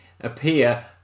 appear